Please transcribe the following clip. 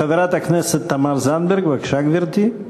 חברת הכנסת תמר זנדברג, בבקשה, גברתי.